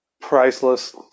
Priceless